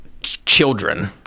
children